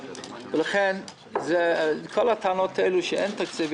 לכן כל הטענות שיש תקציב,